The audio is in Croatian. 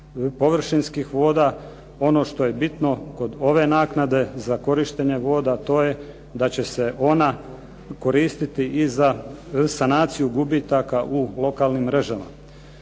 površinskih voda. Ono što je bitno kod ove naknade za korištenje voda, to je da će se ona koristiti i za sanaciju gubitaka u lokalnim mrežama.